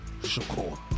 Shakur